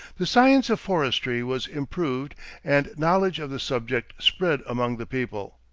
the science of forestry was improved and knowledge of the subject spread among the people.